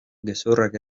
gezurrak